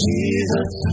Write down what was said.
Jesus